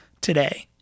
today